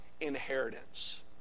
inheritance